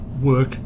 work